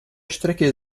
strecke